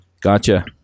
Gotcha